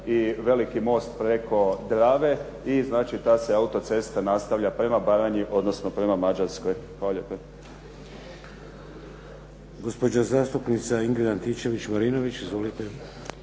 i veliki most preko Drave i znači ta se autocesta nastavlja prema Baranji, odnosno prema Mađarskoj. Hvala lijepo. **Šeks, Vladimir (HDZ)** Gospođa zastupnica Ingrid Antičević-Marinović. Izvolite.